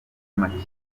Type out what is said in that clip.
makipe